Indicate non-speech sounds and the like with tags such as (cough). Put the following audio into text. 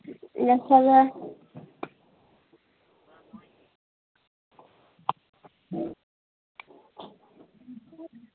(unintelligible)